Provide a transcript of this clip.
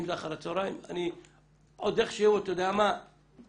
אני עוד איכשהו יכול לנשום